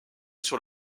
sur